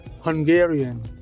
Hungarian